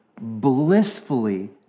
blissfully